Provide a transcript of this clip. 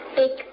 big